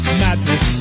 madness